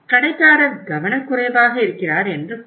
கடைக்காரர் கவனக்குறைவாக இருக்கிறார் என்று பொருள்